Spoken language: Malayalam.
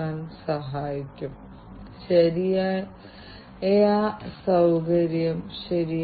IIoT യുടെ ലോകത്തെക്കുറിച്ചുള്ള കഴിവുകളുടെ